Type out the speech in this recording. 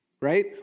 right